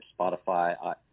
Spotify